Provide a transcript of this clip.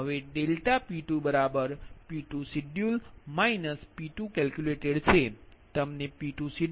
હવે ΔP2 P2 scheduled − P2 calculatedછે